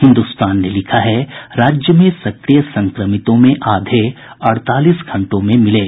हिन्दुस्तान ने लिखा है राज्य में सक्रिय संक्रमितों में आधे अड़तालीस घंटों में मिले